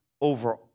over